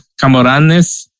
Camoranes